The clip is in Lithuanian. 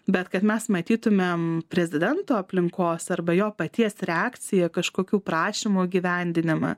bet kad mes matytumėm prezidento aplinkos arba jo paties reakciją kažkokių prašymų įgyvendinimą